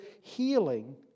healing